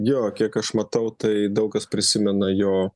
jo kiek aš matau tai daug kas prisimena jo